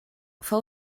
fou